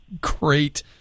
great